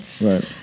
Right